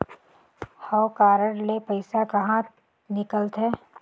हव कारड ले पइसा कहा निकलथे?